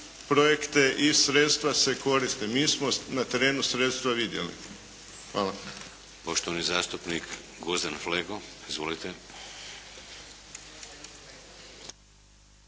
projekte i sredstva se koriste. Mi smo na terenu sredstva vidjeli. Hvala. **Šeks, Vladimir (HDZ)** Poštovani zastupnik Gvozden Flego. Izvolite.